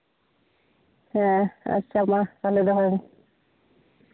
ᱟᱪᱪᱷᱟ ᱢᱟ ᱛᱟᱦᱞᱮ ᱫᱚᱦᱚᱭ ᱢᱮ